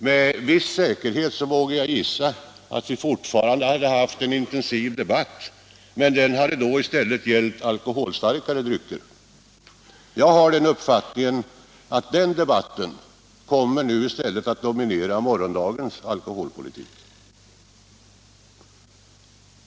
Med viss säkerhet vågar jag gissa att vi fortfarande hade haft en intensiv debatt — men den hade då gällt alkoholstarkare drycker. Jag har den uppfattningen att den debatten i stället kommer att dominera morgondagens alkoholpolitik.